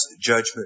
judgment